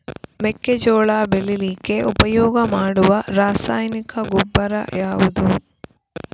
ಮೆಕ್ಕೆಜೋಳ ಬೆಳೀಲಿಕ್ಕೆ ಉಪಯೋಗ ಮಾಡುವ ರಾಸಾಯನಿಕ ಗೊಬ್ಬರ ಯಾವುದು?